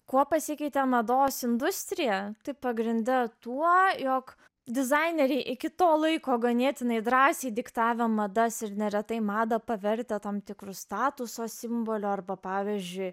kuo pasikeitė mados industrija tai pagrinde tuo jog dizaineriai iki to laiko ganėtinai drąsiai diktavę madas ir neretai madą pavertę tam tikru statuso simboliu arba pavyzdžiui